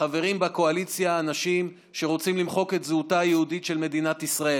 חברים בקואליציה אנשים שרוצים למחוק את זהותה היהודית של מדינת ישראל.